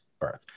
birth